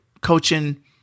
coaching